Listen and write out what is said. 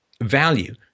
value